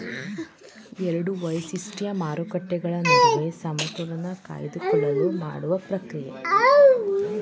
ಎರಡು ವೈಶಿಷ್ಟ್ಯ ಮಾರುಕಟ್ಟೆಗಳ ನಡುವೆ ಸಮತೋಲನೆ ಕಾಯ್ದುಕೊಳ್ಳಲು ಮಾಡುವ ಪ್ರಕ್ರಿಯೆ